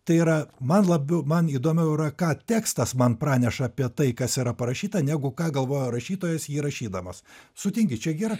tai yra man labiau man įdomiau yra ką tekstas man praneša apie tai kas yra parašyta negu ką galvojo rašytojas jį rašydamas sutinki čia gera